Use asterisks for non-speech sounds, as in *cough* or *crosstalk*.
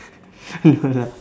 no lah *laughs*